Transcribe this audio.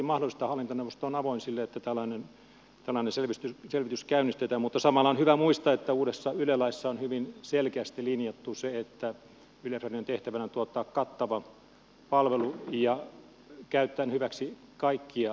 hallintoneuvosto on avoin sille että tällainen selvitys käynnistetään mutta samalla on hyvä muistaa että uudessa yle laissa on hyvin selkeästi linjattu se että yleisradion tehtävänä on tuottaa kattava palvelu käyttäen hyväksi kaikkia viestintäverkkoja